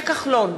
משה כחלון,